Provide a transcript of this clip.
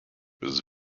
was